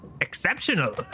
Exceptional